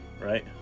right